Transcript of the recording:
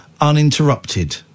uninterrupted